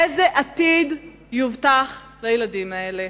איזה עתיד יובטח לילדים האלה?